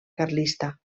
carlista